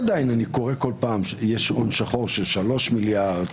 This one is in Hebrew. אז איך עדיין אני קורא כל פעם שיש הון שחור של שלושה מיליארד?